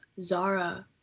Zara